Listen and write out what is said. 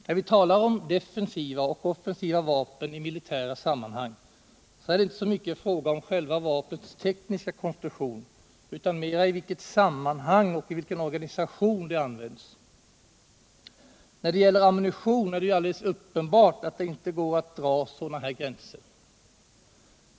När vi talar om defensiva och offensiva vapen i militära sammanhang, är det inte så mycket fråga om själva vapnets tekniska konstruktion utan i stället mera om i vilket sammanhang och i vilken organisation det används. När det gäller ammunition är det ju alldeles uppenbart att det inte går att dra sådana här gränser.